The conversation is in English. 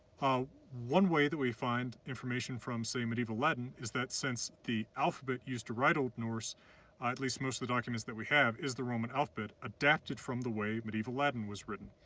ah one way that we find information from, say, medieval latin is that since the alphabet used to write old norse at least most of the documents that we have is the roman alphabet, adapted from the way medieval latin was written.